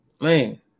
man